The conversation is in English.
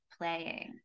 playing